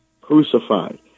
crucified